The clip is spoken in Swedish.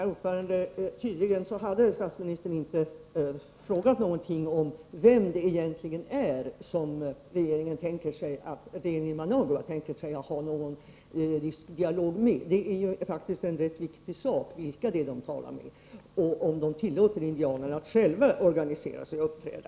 Herr talman! Tydligen hade statsministern inte frågat någonting om vem det är som regeringen i Managua tänker sig ha en viss dialog med. Det är faktiskt rätt viktigt vilka det är som man talar med och om man tillåter indianerna att själva organisera sig och uppträda.